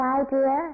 idea